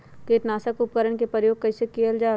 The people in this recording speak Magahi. किटनाशक उपकरन का प्रयोग कइसे कियल जाल?